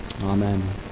Amen